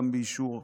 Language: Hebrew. גם באישור הכנסת,